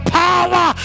power